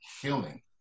healing